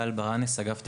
שמי גל ברנס, אגף התקציבים.